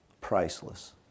priceless